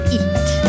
eat